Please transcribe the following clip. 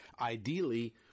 ideally